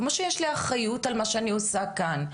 כמו שיש לי אחריות על מה שאני עושה כאן.